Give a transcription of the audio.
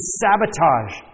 sabotage